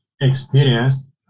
experience